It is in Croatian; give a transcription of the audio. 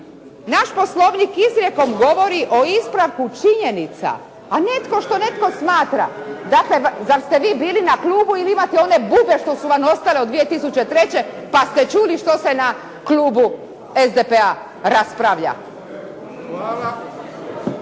naš Poslovnik izrijekom govori o ispravku činjenica, a ne tko što netko smatra. Dakle, zar ste vi bili na klubu ili imate one bube što su vam ostale od 2003. pa ste čuli što se na klubu SDP-a raspravlja.